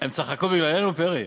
הם צחקו בגללנו, פרי?